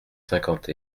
cinquante